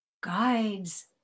guides